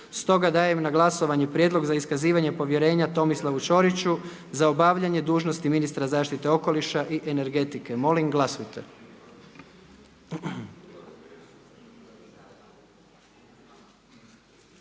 Dajem na glasovanje Prijedlog za iskazivanje povjerenja Lovri Kuščeviću za obavljanje dužnosti ministra uprave. Molim glasujte.